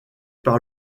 par